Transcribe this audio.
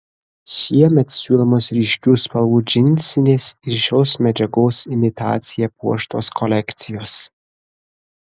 šiemet siūlomos ryškių spalvų džinsinės ir šios medžiagos imitacija puoštos kolekcijos